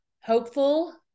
hopeful